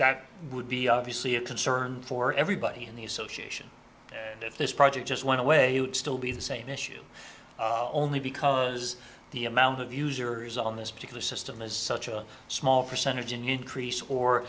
that would be obviously a concern for everybody in the association and if this project just want to weigh still be the same issue only because the amount of users on this particular system is such a small percentage an increase or